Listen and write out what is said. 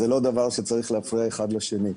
זה לא דבר שצריך להפריע אחד לשני.